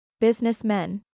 Businessmen